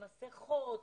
מסיכות,